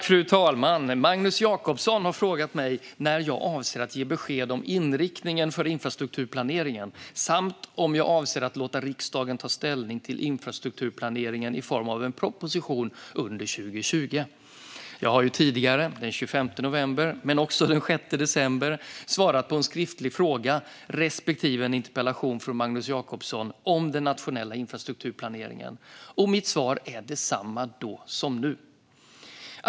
Fru talman! Magnus Jacobsson har frågat mig när jag avser att ge besked om inriktningen för infrastrukturplaneringen och om jag avser att låta riksdagen ta ställning till infrastrukturplaneringen i form av en proposition under 2020. Jag har tidigare, den 25 november och den 6 december 2019, svarat på en skriftlig fråga respektive en interpellation från Magnus Jacobsson om den nationella infrastrukturplaneringen. Mitt svar är detsamma nu som då.